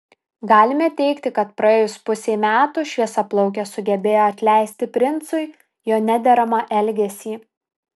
galime teigti kad praėjus pusei metų šviesiaplaukė sugebėjo atleisti princui jo nederamą elgesį